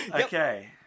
okay